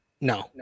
No